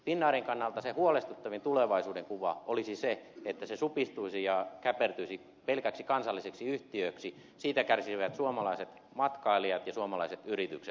finnairin kannalta se huolestuttavin tulevaisuudenkuva olisi se että se supistuisi ja käpertyisi pelkäksi kansalliseksi yhtiöksi siitä kärsisivät suomalaiset matkailijat ja suomalaiset yritykset